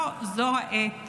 לא זו העת